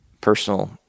personal